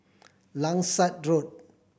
Langsat Road